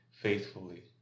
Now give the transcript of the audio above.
faithfully